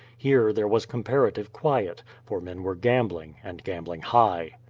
here there was comparative quiet, for men were gambling, and gambling high.